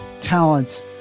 talents